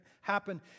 happen